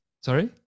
Sorry